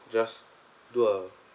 just do a